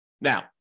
Now